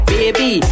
Baby